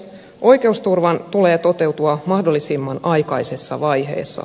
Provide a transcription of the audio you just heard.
oikeusturvan tulee toteutua mahdollisimman aikaisessa vaiheessa